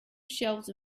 shelves